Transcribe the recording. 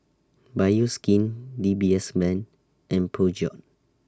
Bioskin D B S Bank and Peugeot